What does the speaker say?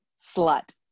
slut